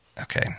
okay